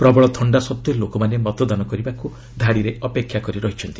ପ୍ରବଳ ଥଣ୍ଡା ସତ୍ତ୍ୱେ ଲୋକମାନେ ମତଦାନ କରିବାକୁ ଧାଡ଼ିରେ ଅପେକ୍ଷା କରି ରହିଛନ୍ତି